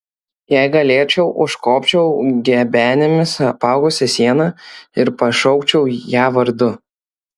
jei galėčiau užkopčiau gebenėmis apaugusia siena ir pašaukčiau ją vardu